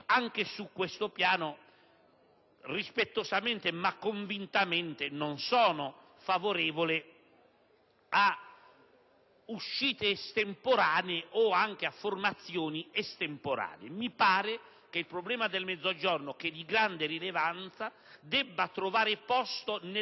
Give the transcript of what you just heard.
anche su questo piano, rispettosamente ma convintamente, non sono favorevole a uscite o anche a formazioni estemporanee. Mi sembra che il problema del Mezzogiorno, che è di grande rilevanza, debba trovare posto